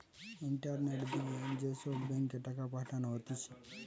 internet দিয়ে যে সব ব্যাঙ্ক এ টাকা পাঠানো হতিছে